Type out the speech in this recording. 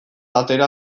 atera